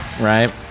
right